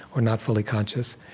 or not fully conscious.